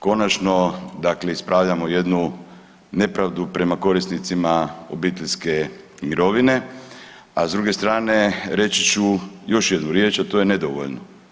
Konačno dakle ispravljamo jednu nepravdu prema korisnicima obiteljske mirovine, a s druge strane, reći ću još jednu riječ, a to je – nedovoljno.